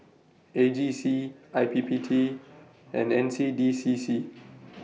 A G C I P P T and N C D C C